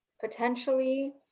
Potentially